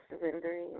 surrendering